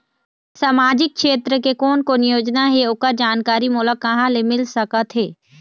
सामाजिक क्षेत्र के कोन कोन योजना हे ओकर जानकारी मोला कहा ले मिल सका थे?